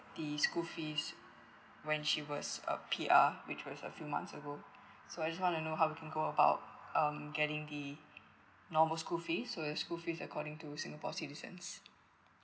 the school fees when she was uh P_R which was a few months ago so I just want to know how we can go about um getting the normal school fees so the school fees according to singapore citizens